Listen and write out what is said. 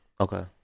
Okay